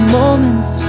moments